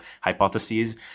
hypotheses